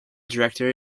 director